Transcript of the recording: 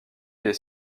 les